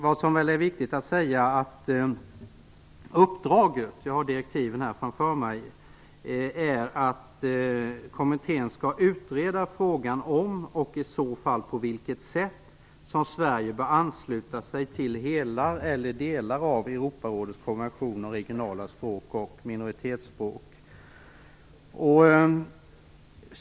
Vad som är viktigt att säga är att uppdraget är - jag har direktiven här framför mig - att kommittén skall utreda frågan om och i så fall på vilket sätt som Sverige bör ansluta sig till hela eller delar av Europarådets konvention om regionala språk och minoritetsspråk.